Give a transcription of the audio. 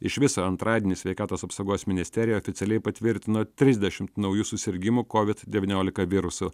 iš viso antradienį sveikatos apsaugos ministerija oficialiai patvirtino trisdešimt naujų susirgimų kovid devyniolika virusu